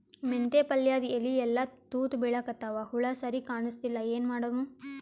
ಮೆಂತೆ ಪಲ್ಯಾದ ಎಲಿ ಎಲ್ಲಾ ತೂತ ಬಿಳಿಕತ್ತಾವ, ಹುಳ ಸರಿಗ ಕಾಣಸ್ತಿಲ್ಲ, ಏನ ಮಾಡಮು?